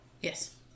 Yes